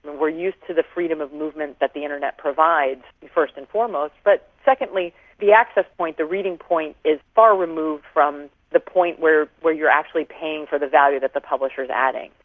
we're used to the freedom of movement that the internet provides, first and foremost, but secondly the access point, the reading point is far removed removed from the point where where you are actually paying for the value that the publisher is adding.